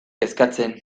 eskatzen